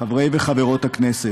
חברי וחברות הכנסת,